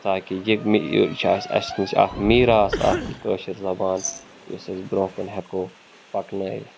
تاکہِ یہِ چھُ آسہِ اَسہِ نِش اَکھ میٖراس اَکھ یہِ کٲشٕر زَبان یُس أسۍ برٛونٛہہ کُن ہٮ۪کو پَکنٲوِتھ